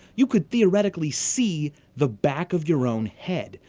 you could theoretically see the back of your own head,